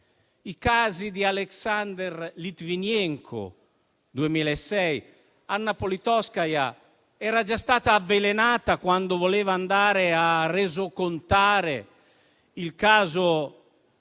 2006 e di Alexander Litvinenko, sempre nel 2006. Anna Politkovskaja era già stata avvelenata, quando voleva andare a resocontare il caso